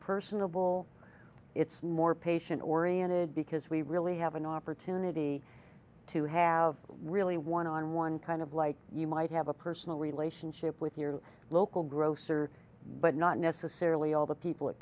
personable it's more patient oriented because we really have an opportunity to have really one on one kind of like you might have a personal relationship with your local grocer but not necessarily all the people at